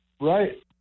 Right